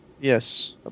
Yes